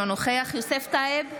אינו נוכח יוסף טייב,